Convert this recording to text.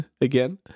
again